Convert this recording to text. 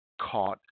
Caught